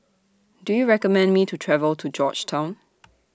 Do YOU recommend Me to travel to Georgetown